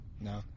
No